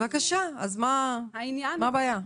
בבקשה, אז מה הבעיה?